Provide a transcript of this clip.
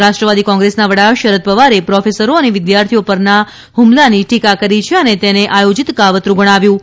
રાષ્ટ્રવાદી કોંગ્રેસના વડા શરદ પવારે પ્રોફેસરો અને વિદ્યાર્થીઓ પરના હ્મલાની ટીકા કરી છે અને તેને આયોજીત કાવતરૂં ગણાવ્યું છે